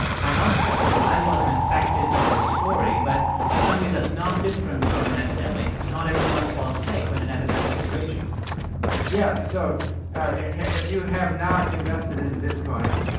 hang on a second, i wasn't affected by the story. but in some ways, that's not different from an epidemic. not everyone falls sick when an epidemic is raging yeah. so if you have not invested in bitcoin,